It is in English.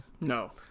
No